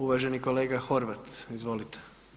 Uvaženi kolega Horvat, izvolite.